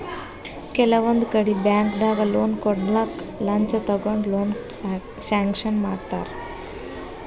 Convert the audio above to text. ಕೆಲವೊಂದ್ ಕಡಿ ಬ್ಯಾಂಕ್ದಾಗ್ ಲೋನ್ ಕೊಡ್ಲಕ್ಕ್ ಲಂಚ ತಗೊಂಡ್ ಲೋನ್ ಸ್ಯಾಂಕ್ಷನ್ ಮಾಡ್ತರ್